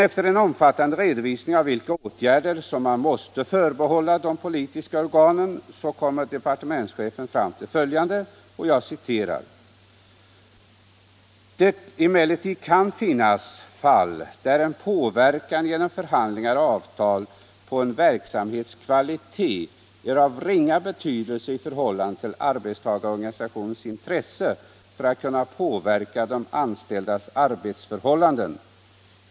Efter en omfattande redovisning av vilka åtgärder som måste förbehållas de politiska organen kommer dock departementschefen fram till att det emellertid kan ”finnas fall där en påverkan genom förhandlingar och avtal på en verksamhets kvalitet är av ringa betydelse i förhållande till arbetsorganisationens intresse att kunna påverka de anställdas arbetsförhållanden.